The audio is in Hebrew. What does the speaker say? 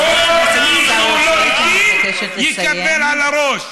כל מי שהוא לא איתי, יקבל על הראש.